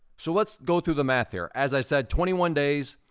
so let's go through the math here. as i said, twenty one days,